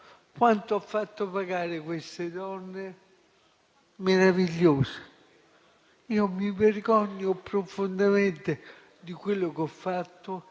Quanto ho fatto pagare queste donne meravigliose? Io mi vergogno profondamente di quello che ho fatto,